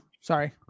Sorry